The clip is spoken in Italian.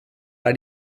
alla